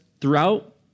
throughout